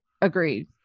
Agreed